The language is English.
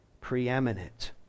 preeminent